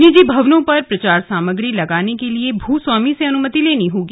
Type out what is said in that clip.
निजी भवनों पर प्रचार सामाग्री लगाने के लिए भू स्वामी से अनुमति लेनी होगी